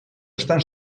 estan